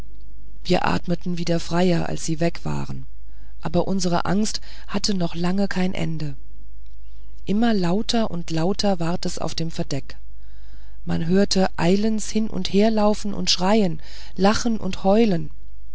wir atmeten freier als sie weg waren aber unsere angst hatte noch lange kein ende immer lauter und lauter ward es auf dem verdeck man hörte eilends hin und her laufen und schreien lachen und heulen